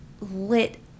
lit